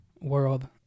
World